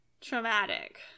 traumatic